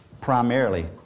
primarily